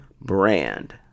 brand